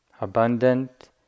abundant